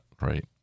right